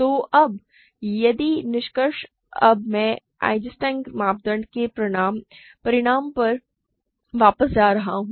तो अब यदि निष्कर्ष अब मैं ईसेनस्टीन मानदंड के प्रमाण पर वापस जा रहा हूं